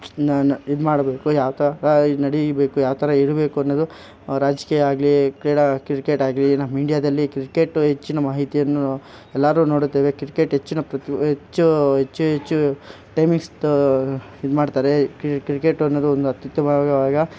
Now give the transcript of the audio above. ನ ನ ಇದು ಮಾಡಬೇಕು ಯಾವ ಥರ ಇದು ನಡೀಬೇಕು ಯಾವ ಥರ ಇರಬೇಕು ಅನ್ನೋದು ರಾಜಕೀಯ ಆಗಲಿ ಕ್ರೀಡಾ ಕ್ರಿಕೆಟ್ ಆಗಲಿ ನಮ್ ಇಂಡಿಯಾದಲ್ಲಿ ಕ್ರಿಕೆಟ್ಟು ಹೆಚ್ಚಿನ ಮಾಹಿತಿಯನ್ನು ಎಲ್ಲರೂ ನೋಡುತ್ತೇವೆ ಕ್ರಿಕೆಟ್ ಹೆಚ್ಚಿನ ಪ್ರತಿ ಹೆಚ್ಚು ಹೆಚ್ಚು ಹೆಚ್ಚು ಟೈಮಿಂಗ್ಸ್ದು ಇದು ಮಾಡ್ತಾರೆ ಕ್ರಿಕೆಟು ಅನ್ನೋದು ಒಂದು ಅತ್ಯುತ್ತಮವಾಗವಾಗ